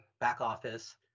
back-office